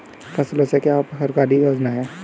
फसलों पे क्या सरकारी योजना है?